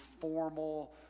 formal